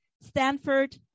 Stanford